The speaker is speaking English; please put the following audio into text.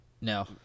No